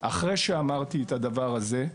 אחרי שאמרתי את הדבר הזה,